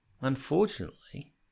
Unfortunately